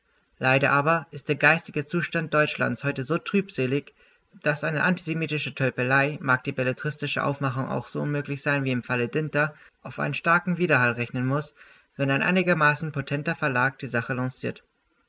leider aber ist der geistige zustand deutschlands heute so trübselig daß eine antisemitische tölpelei mag die belletristische aufmachung auch so unmöglich sein wie im falle dinter auf einen starken widerhall rechnen muß wenn ein einigermaßen potenter verlag die sache lanciert